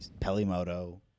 Pelimoto